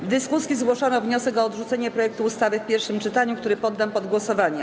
W dyskusji zgłoszono wniosek o odrzucenie projektu ustawy w pierwszym czytaniu, który poddam pod głosowanie.